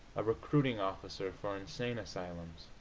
a recruiting officer for insane asylums,